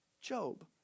Job